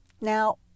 Now